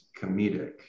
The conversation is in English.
comedic